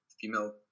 female